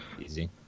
Easy